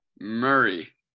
Murray